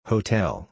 Hotel